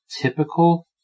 typical